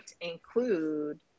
include